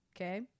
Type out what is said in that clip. Okay